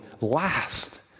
last